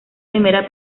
primera